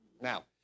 Now